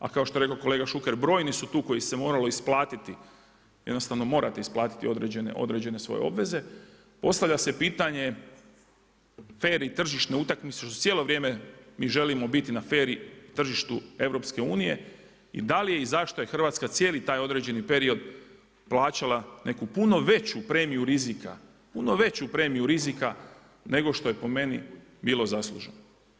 A kao što je rekao kolega Šuker, brojni su tu kojih ih se moralo isplatiti, jednostavno morate isplatiti određene svoje obveze, postavlja se pitanje, fer i tržišne utakmice, što cijelo vrijeme mi želimo biti na fer i tržištu EU i da li je i zašto Hrvatska cijeli taj određeni period plaćala neku puno veću premiju rizika, puno veću premiju rizika nego što je po meni bilo zasluženo.